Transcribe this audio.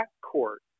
court